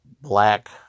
black